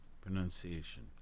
pronunciation